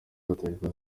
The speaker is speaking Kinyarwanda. gatolika